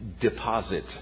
deposit